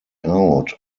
out